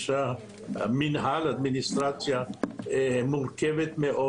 יש מנהל, אדמיניסטרציה מורכבים מאוד.